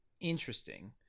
Interesting